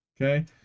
Okay